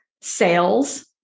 sales